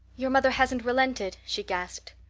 your mother hasn't relented? she gasped.